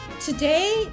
Today